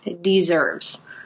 deserves